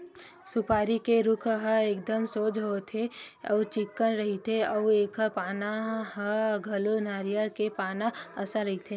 सुपारी के रूख ह एकदम सोझ होथे अउ चिक्कन रहिथे अउ एखर पाना ह घलो नरियर के पाना असन दिखथे